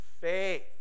faith